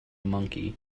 monkey